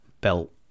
belt